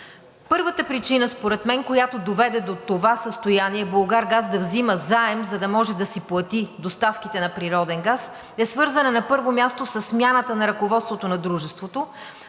Първата причина според мен, която доведе до това състояние „Булгаргаз“ да взима заем, за да може да си плати доставките на природен газ, е свързана на първо място със смяната на ръководството на дружеството,